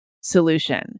solution